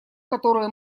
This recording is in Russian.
которую